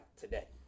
today